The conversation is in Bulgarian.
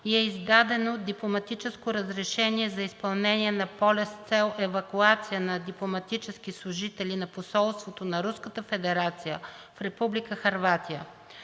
и е издадено дипломатическо разрешение за изпълнение на полет с цел евакуация на дипломатически служители на Посолството на Руската федерация